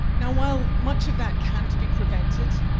now, while much of that can't be prevented,